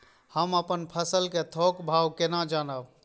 हम अपन फसल कै थौक भाव केना जानब?